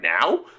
now